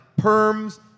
perms